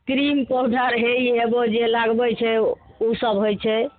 cream powder हे इ हे ओ जे लगबय छै उ सब होइ छै